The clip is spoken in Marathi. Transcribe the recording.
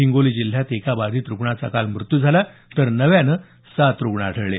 हिंगोली जिल्ह्यात एका बाधित रुग्णाचा मृत्यू झाला तर नव्याने सात रुग्ण आढळले